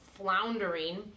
Floundering